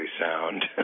sound